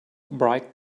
bright